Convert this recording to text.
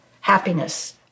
happiness